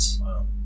Wow